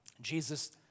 Jesus